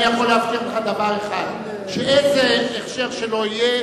אני יכול להבטיח לך דבר אחד: שיהא איזה הכשר שלא יהיה,